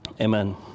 Amen